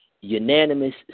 unanimous